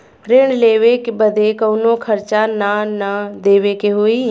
ऋण लेवे बदे कउनो खर्चा ना न देवे के होई?